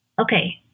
Okay